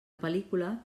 pel·lícula